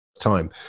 time